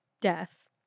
death